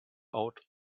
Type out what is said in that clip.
out